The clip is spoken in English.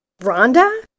Rhonda